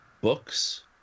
books